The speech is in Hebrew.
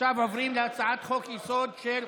אנחנו עוברים להצעת חוק-יסוד: הכנסת,